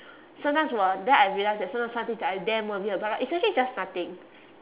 sometimes will then I realise that sometimes some things that I damn worried about right is actually just nothing